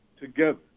together